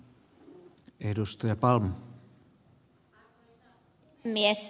arvoisa puhemies